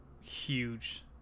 huge